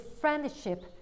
friendship